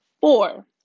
Four